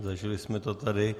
Zažili jsme to tady.